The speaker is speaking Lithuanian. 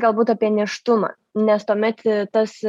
galbūt apie nėštumą nes tuomet tas